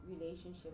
relationship